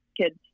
kids